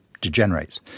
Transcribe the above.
degenerates